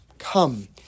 Come